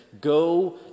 go